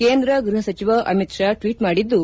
ಕೇಂದ್ರ ಗೃಹ ಸಚಿವ ಅಮಿತ್ ಶಾ ಟ್ವೀಟ್ ಮಾಡಿದ್ದು